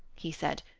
he said.